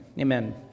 amen